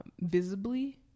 visibly